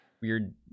Weird